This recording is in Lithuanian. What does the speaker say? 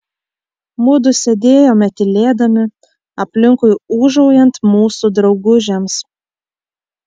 mudu sėdėjome tylėdami aplinkui ūžaujant mūsų draugužiams